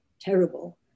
terrible